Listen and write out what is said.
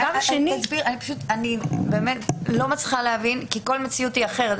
אני לא מצליחה להבין כי כל מציאות היא אחרת.